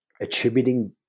attributing